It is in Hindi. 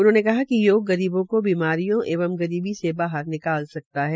उन्होंने कहा कि योग गरीबों को बीमारियो एवं गरीबी से बाहर निकाल सकता है